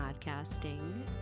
podcasting